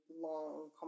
long